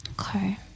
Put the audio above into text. Okay